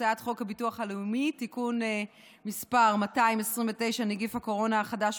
הצעת חוק הביטוח הלאומי (תיקון מס' 229) (נגיף הקורונה החדש,